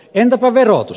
entäpä verotus